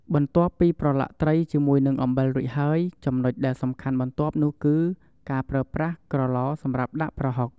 បន្ទាប់ពីប្រឡាក់ត្រីជាមួយនឹងអំបិលរួចហើយ ចំណុចដែលសំខាន់បន្ទាប់នោះគឺការប្រើប្រាស់ក្រឡសម្រាប់ដាក់ប្រហុក។